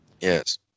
Yes